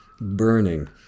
Burning